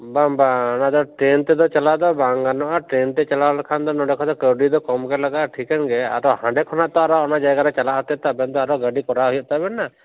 ᱵᱟᱝ ᱵᱟᱝ ᱚᱱᱟ ᱫᱚ ᱴᱮᱹᱱ ᱛᱮᱫᱚ ᱪᱟᱞᱟᱣ ᱫᱚ ᱵᱟᱝ ᱜᱟᱱᱚᱜᱼᱟ ᱴᱮᱹᱱ ᱛᱮ ᱪᱟᱞᱟᱣ ᱞᱮᱠᱷᱟᱱ ᱫᱚ ᱱᱚᱸᱰᱮ ᱠᱷᱚᱱ ᱫᱚ ᱠᱟᱹᱣᱰᱤ ᱫᱚ ᱠᱚᱢ ᱜᱮ ᱞᱟᱜᱟᱜᱼᱟ ᱴᱷᱤᱠᱟᱹᱱ ᱜᱮᱭᱟ ᱟᱫᱚ ᱦᱟᱸᱰᱮ ᱠᱷᱚᱱᱟᱜ ᱛᱚ ᱚᱱᱟ ᱡᱟᱭᱜᱟ ᱨᱮ ᱪᱟᱞᱟᱜ ᱦᱚᱛᱮᱫ ᱛᱮ ᱟᱵᱮᱱ ᱫᱚ ᱟᱨᱚ ᱜᱟᱹᱰᱤ ᱠᱚᱨᱟᱣ ᱦᱩᱭᱩᱜ ᱛᱟᱵᱮᱱᱟ